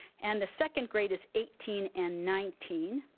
and the second grade is eighteen and nineteen.